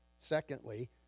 Secondly